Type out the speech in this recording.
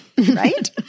right